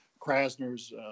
Krasner's